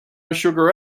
sugar